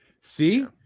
See